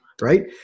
right